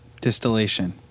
distillation